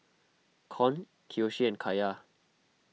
Con Kiyoshi and Kaiya